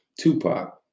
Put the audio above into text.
Tupac